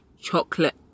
chocolate